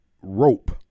rope